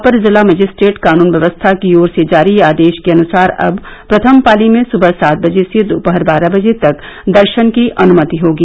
अपर जिला मजिस्ट्रेट कानून व्यवस्था की ओर से जारी आदेश के अनुसार अब प्रथम पाली में सुबह सात बजे से दोपहर बारह बजे तक दर्शन की अनुमति होगी